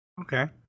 Okay